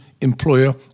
employer